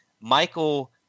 Michael